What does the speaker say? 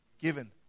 given